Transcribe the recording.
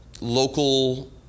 local